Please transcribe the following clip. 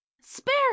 Spare